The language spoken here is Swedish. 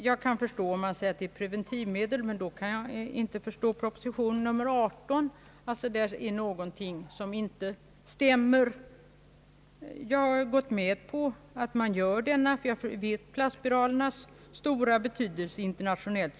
Jag kan förstå om man säger att det är preventivmedel, men då kan jag inte förstå resonemanget i propositionen nr 18. Någonting är det som inte stämmer. Vi känner till plastspiralernas stora betydelse internationellt.